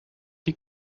die